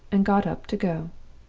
and got up to go.